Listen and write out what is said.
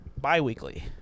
Bi-weekly